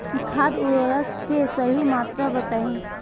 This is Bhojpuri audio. खाद उर्वरक के सही मात्रा बताई?